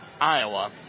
Iowa